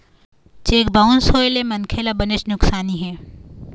cheque bounce होए ले मनखे ल बनेच नुकसानी हे